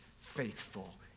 faithful